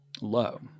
Low